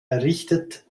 errichtet